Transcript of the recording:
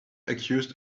accused